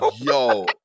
Yo